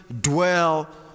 dwell